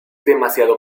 demasiado